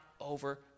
over